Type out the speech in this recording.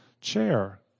chair